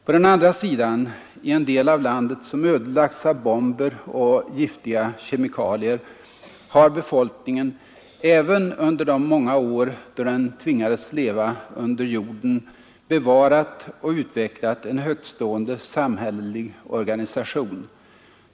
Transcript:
På den andra sidan, i en del av landet som ödelagts av bomber och giftiga kemikalier, har befolkningen, även under de många år då den tvingats att leva under jorden, bevarat och utvecklat en högtstående samhällelig organisation.